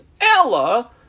Ella